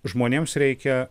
žmonėms reikia